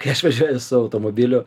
kai aš važiuoju su automobiliu